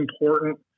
important